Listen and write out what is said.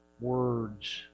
words